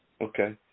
Okay